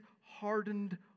hardened